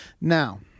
Now